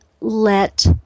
let